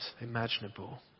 imaginable